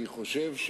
אני חושב,